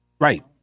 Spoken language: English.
Right